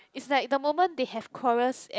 is like the moment they have quarrels and